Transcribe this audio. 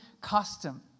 custom